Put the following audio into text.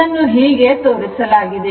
ಇದನ್ನು ಹೀಗೆ ತೋರಿಸಲಾಗಿದೆ